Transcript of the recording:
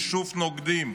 היישוב נוקדים.